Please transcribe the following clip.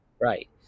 Right